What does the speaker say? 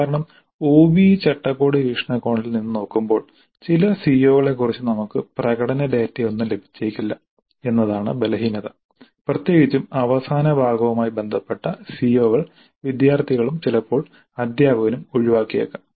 കാരണം ഒബിഇ ചട്ടക്കൂട് വീക്ഷണകോണിൽ നിന്ന് നോക്കുമ്പോൾ ചില സിഒകളെക്കുറിച്ച് നമുക്ക് പ്രകടന ഡാറ്റയൊന്നും ലഭിച്ചേക്കില്ല എന്നതാണ് ബലഹീനത പ്രത്യേകിച്ചും അവസാന ഭാഗവുമായി ബന്ധപ്പെട്ട സിഒകൾ വിദ്യാർത്ഥികളും ചിലപ്പോൾ അധ്യാപകനും ഒഴിവാക്കിയേക്കാം